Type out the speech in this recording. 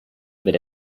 with